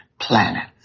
planets